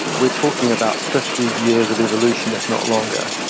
we are talking about fifty years of evolution, if not longer.